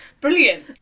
Brilliant